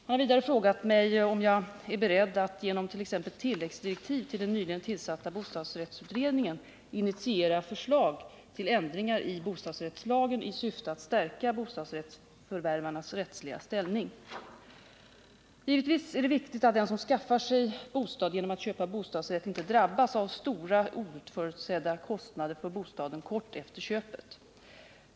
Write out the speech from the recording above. Han har vidare frågat om jag är beredd att genom t.ex. tilläggsdirektiv till den nyligen tillsatta bostadsrättsutredningen initiera förslag till ändringar i bostadsrättslagen i syfte att stärka bostadsrättsförvärvares rättsliga ställning. Givetvis är det viktigt att den som skaffar sig bostad genom att köpa en bostadsrätt inte drabbas av stora oförutsedda kostnader för bostaden kort efter köpet.